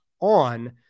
on